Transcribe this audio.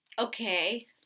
Okay